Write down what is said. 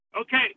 Okay